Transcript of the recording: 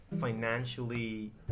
financially